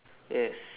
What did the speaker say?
yes